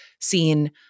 seen